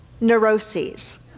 neuroses